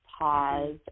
pause